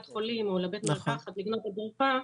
החולים או לבית המרקחת לקנות את התרופה,